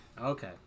Okay